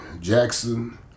Jackson